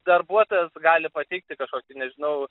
darbuotojas gali pateikti kažkokį nežinau